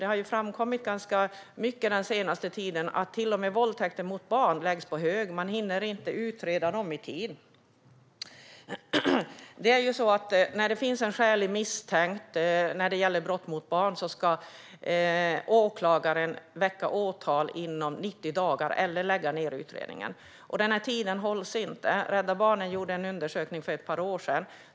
Den senaste tiden har det framkommit att till och med våldtäkter mot barn läggs på hög. Man hinner inte utreda i tid. När det finns en skäligen misstänkt när det gäller brott mot barn ska åklagaren väcka åtal eller lägga ned utredningen inom 90 dagar. Den tiden hålls inte. Rädda Barnen gjorde en undersökning för ett par år sedan.